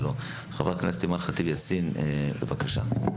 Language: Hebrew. חברת הכנסת אימאן ח'טיב יאסין, בבקשה.